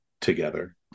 together